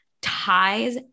ties